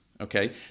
okay